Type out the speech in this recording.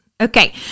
okay